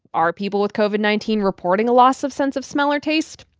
are people with covid nineteen reporting a loss of sense of smell or taste?